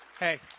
Hey